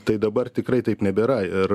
tai dabar tikrai taip nebėra ir